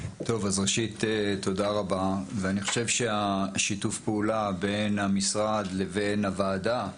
אז ראשית תודה רבה ואני חושב ששיתוף הפעולה בין המשרד לבין הוועדה,